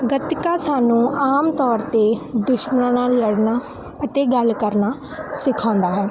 ਗਤਕਾ ਸਾਨੂੰ ਆਮ ਤੌਰ 'ਤੇ ਦੁਸ਼ਮਣ ਨਾਲ ਲੜਨਾ ਅਤੇ ਗੱਲ ਕਰਨਾ ਸਿਖਾਉਂਦਾ ਹੈ